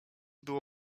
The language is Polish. było